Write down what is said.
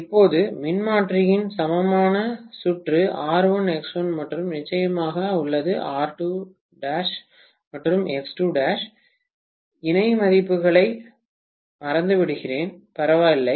இப்போது மின்மாற்றியின் சமமான சுற்று R1 X1 மற்றும் நிச்சயமாக உள்ளது R2' மற்றும் X2' இணை மதிப்புகளை மறந்துவிடுகிறேன் பரவாயில்லை